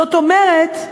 זאת אומרת,